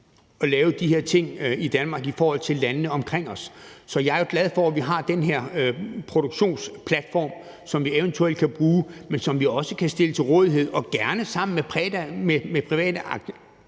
og lave de her ting i Danmark i forhold til landene omkring os. Så jeg er glad for, at vi har den her produktionsplatform, som vi eventuelt kan bruge, men som vi også kan stille til rådighed og gerne sammen med private aktører